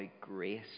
grace